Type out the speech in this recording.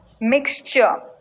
mixture